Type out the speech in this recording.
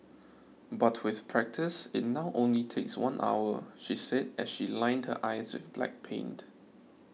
but with practice it now only takes one hour she said as she lined her eyes with black paint